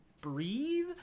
breathe